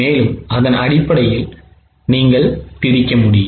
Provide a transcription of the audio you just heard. எனவே அதன் அடிப்படையில் நீங்கள் அதை பிரிக்க முடியும்